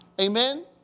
Amen